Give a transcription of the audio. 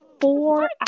Four